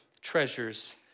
treasures